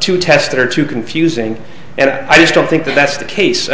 to test it or too confusing and i just don't think that that's the case